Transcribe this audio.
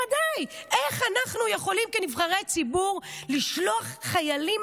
איך אנחנו יכולים כנבחרי ציבור לשלוח חיילים